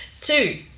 Two